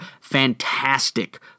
fantastic